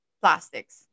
plastics